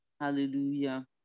Hallelujah